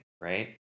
right